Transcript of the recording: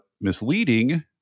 misleading